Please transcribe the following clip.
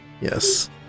Yes